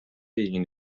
این